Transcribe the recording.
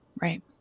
Right